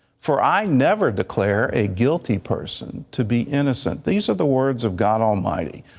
for i never declare a guilty person to be innocent. these are the words of god almighty.